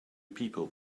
people